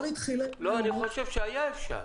לא, אני חושב שהיה אפשר,